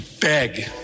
beg